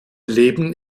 leben